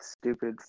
stupid